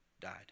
died